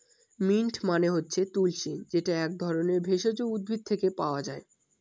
mint মানে হচ্ছে তুলশী যেটা এক ধরনের ভেষজ উদ্ভিদ থেকে পায়